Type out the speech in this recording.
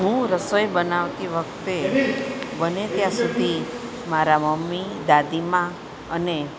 હું રસોઈ બનાવતી વખતે બને ત્યાં સુધી મારા મમ્મી દાદીમા અને